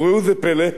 וראו זה פלא,